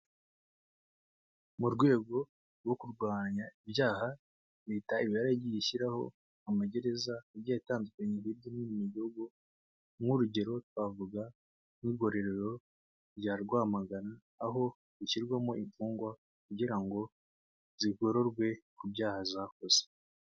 Mu rwego rwo kurwanya ibyaha leta iba yaragiye ishyiraho amagereza agiye atandukanye hirya no hino mu gihugu, nk'urugero twavuga nk'igororero rya Rwamagana, aho ishyirwamo imfungwa kugira ngo zigororwe ku byaha zakoze.